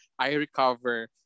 IRecover